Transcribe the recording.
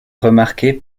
remarquée